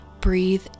breathe